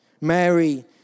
Mary